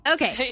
Okay